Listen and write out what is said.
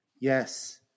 yes